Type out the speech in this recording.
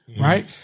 right